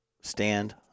stand